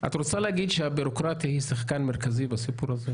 את רוצה להגיד שהבירוקרטיה היא שחקן מרכזי בסיפור הזה?